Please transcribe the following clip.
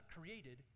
created